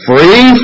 Free